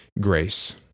grace